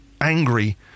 angry